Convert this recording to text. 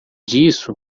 disso